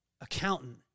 accountant